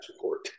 court